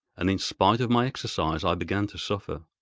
and in spite of my exercise i began to suffer.